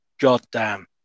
goddamn